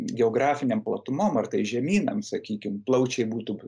geografinėm platumom ar tai žemynams sakykim plaučiai būtų